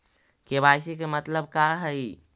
KYC के मतलब का हई?